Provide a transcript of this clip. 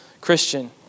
Christian